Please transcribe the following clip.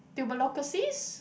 tuberculosis